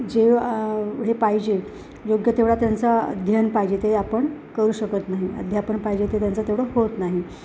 जेवढे पाहिजे योग्य तेवढा त्यांच अध्ययन पाहिजे ते आपण करू शकत नाही अध्यापन पाहिजे ते त्यांचा तेवढं होत नाही